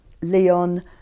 Leon